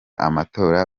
amatora